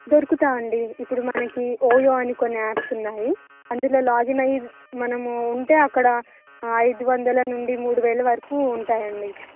దొరుకుతాయి అండి ఇప్పుడు మనకి ఓయో అని కొన్ని యాప్స్ ఉన్నాయి అందులో లాగిన్ అయ్యి మనము ఉంటే అక్కడ ఐదు వందల నుండి మూడు వేల వరకు ఉంటాయి అండి